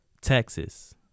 Texas